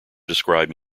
describe